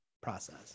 process